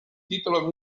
titolo